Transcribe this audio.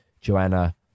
Joanna